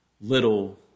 little